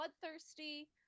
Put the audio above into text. bloodthirsty